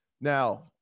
now